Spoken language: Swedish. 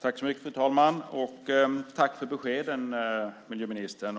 Fru talman! Tack för beskeden, miljöministern.